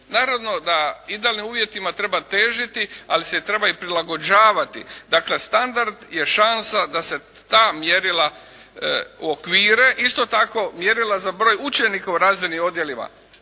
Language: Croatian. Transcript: Naravno da idealnim uvjetima treba težiti ali se treba i prilagođavati. Dakle, standard je šansa da se ta mjerila uokvire. Isto tako, mjerila za broj učenika u razrednim odjelima.